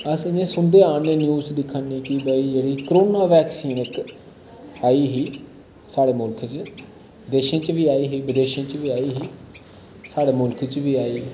अस इ'य्यां सुनदे आ ने न्यूज दिक्खाने कि भाई जेह्ड़ी कोरोना वैक्सीन इक आई ही साढ़े मुल्ख च देशें च वी आई ही विदेशें च वी आई ही साढ़े मुल्ख च वी आई